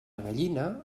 gallina